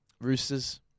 Roosters